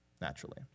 naturally